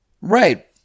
Right